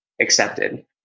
accepted